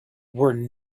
were